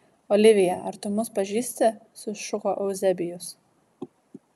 olivija ar tu mus pažįsti sušuko euzebijus